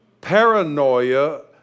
Paranoia